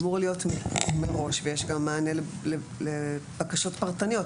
אמור להיות מראש ויש גם מענה לבקשות פרטניות,